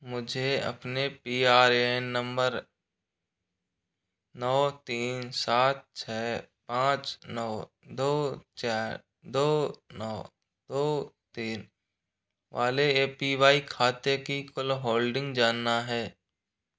मुझे अपने P R A N number नौ तीन सात छः पाँच नौ दो चार दो नौ दो तीन वाले ए पी वाई खाते की कुल होल्डिंग जानना है